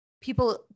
people